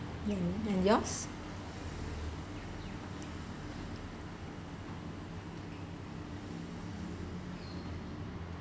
ya and yours